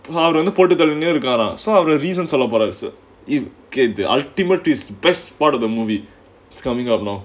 அவரு வந்து போட்டு தள்ளிட்டே இருக்காராம்:avaru vanthu pottu thallittae irukkaaraam so அவரு:avaru reason சொல்ல போராரு:solla poraaru so ultimate twist so best part of the movie is coming up now